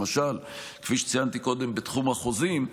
למשל כפי שציינתי קודם בתחום החוזים,